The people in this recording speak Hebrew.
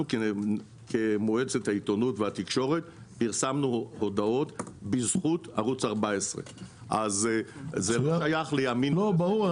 אנחנו כמועצת העיתונות והתקשורת פרסמנו הודעות בזכות ערוץ 14. ברור.